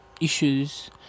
issues